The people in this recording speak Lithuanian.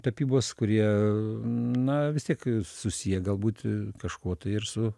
tapybos kurie na vis tiek susiję galbūt kažkuo tai ir su